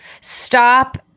stop